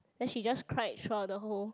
then she just cried throughout the whole